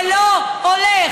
זה לא הולך.